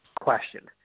question